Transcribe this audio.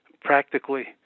practically